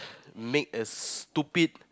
make a stupid